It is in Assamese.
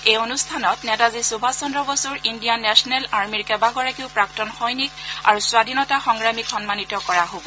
এই অনুষ্ঠানত নেতাজী সুভাষ চন্দ্ৰ বসুৰ ইণ্ডিয়ান নেখনেল আৰ্মীৰ কেইবাগৰাকীও প্ৰাক্তন সৈনিক আৰু স্বাধীনতা সংগ্ৰামীক সন্মানিত কৰা হ'ব